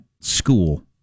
school